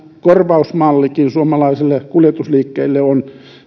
korvausmallikin suomalaisille kuljetusliikkeille on